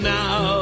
now